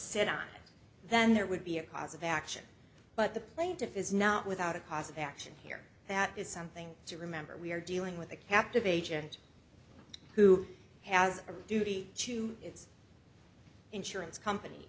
said i then there would be a cause of action but the plaintiff is not without a cause of action here that is something to remember we are dealing with a captive agent who has a duty to its insurance company